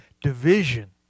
division